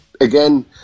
again